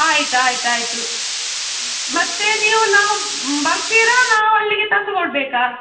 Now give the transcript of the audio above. ಆಯ್ತು ಆಯ್ತು ಆಯಿತು ಮತ್ತು ನೀವು ನಾವು ಬರ್ತೀರ ನಾವು ಅಲ್ಲಿಗೆ ತಂದು ಕೊಡ್ಬೇಕಾ